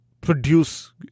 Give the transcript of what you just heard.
produce